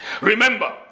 Remember